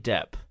Depp